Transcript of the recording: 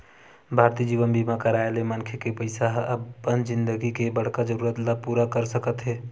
भारतीय जीवन बीमा कराय ले मनखे के पइसा ह अपन जिनगी के बड़का जरूरत ल पूरा कर सकत हे